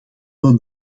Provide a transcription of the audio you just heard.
men